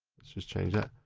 let's just change that.